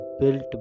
built